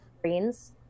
greens